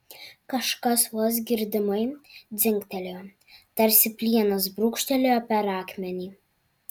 kažkas vos girdimai dzingtelėjo tarsi plienas brūkštelėjo per akmenį